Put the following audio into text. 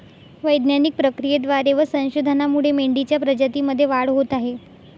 वैज्ञानिक प्रक्रियेद्वारे व संशोधनामुळे मेंढीच्या प्रजातीमध्ये वाढ होत आहे